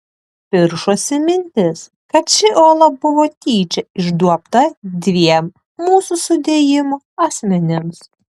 piršosi mintis kad ši ola buvo tyčia išduobta dviem mūsų sudėjimo asmenims